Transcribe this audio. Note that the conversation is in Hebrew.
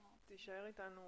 תישאר אתנו,